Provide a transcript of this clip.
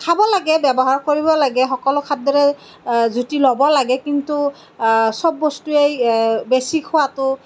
খাব লাগে ব্যৱহাৰ কৰিব লাগে সকলো খাদ্যৰে জুতি ল'ব লাগে কিন্তু চব বস্তুয়েই বেছি খোৱাতো